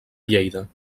lleida